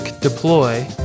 Deploy